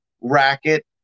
racket